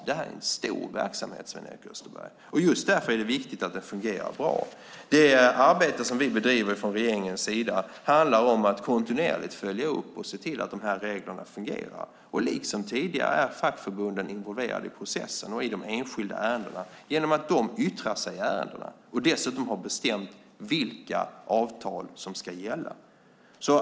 Det är en stor verksamhet, Sven-Erik Österberg, och just därför är det viktigt att det fungerar bra. Det arbete som vi bedriver från regeringens sida handlar om att kontinuerligt följa upp och se till att reglerna fungerar. Liksom tidigare är fackförbunden involverade i processen och i de enskilda ärendena genom att de yttrar sig i ärendena och dessutom har bestämt vilka avtal som ska gälla.